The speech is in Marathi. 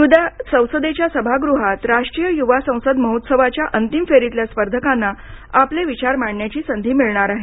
उद्या संसदेच्या सभागृहात राष्ट्रीय युवा संसद महोत्सवाच्या अंतिम फेरीतल्या स्पर्धकांना आपले विचार मांडण्याची संधी मिळणार आहे